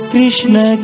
Krishna